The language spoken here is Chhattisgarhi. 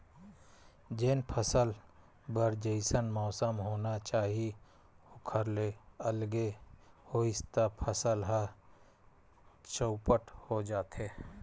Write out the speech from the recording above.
जेन फसल बर जइसन मउसम होना चाही ओखर ले अलगे होइस त फसल ह चउपट हो जाथे